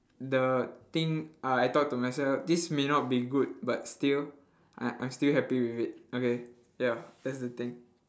the thing uh I talk to myself this may not be good but still I I'm still happy with it okay ya that's the thing